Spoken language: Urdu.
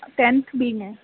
ٹینتھ بی میں